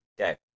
Okay